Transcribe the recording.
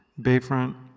Bayfront